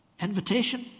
invitation